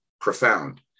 Profound